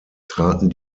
traten